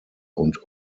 und